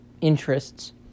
interests